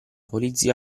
polizia